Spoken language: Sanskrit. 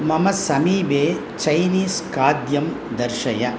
मम समीपे चैनीस् खाद्यं दर्शय